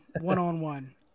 one-on-one